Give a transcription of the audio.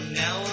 now